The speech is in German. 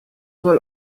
soll